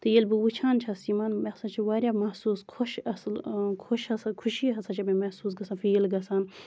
تہٕ ییٚلہِ بہٕ وٕچھان چھَس یِمَن مےٚ ہسا چھُ واریاہ محصوٗس خۄش اَصٕل خۄش ہسا خُشی ہسا چھِ مےٚ مَحصوٗس گژھان فیٖل گژھان